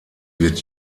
wird